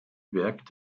werk